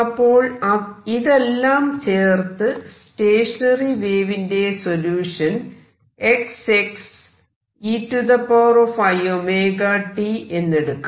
അപ്പോൾ ഇതെല്ലം ചേർത്ത് സ്റ്റേഷനറി വേവിന്റെ സൊല്യൂഷൻ Xeiωt എന്നെടുക്കാം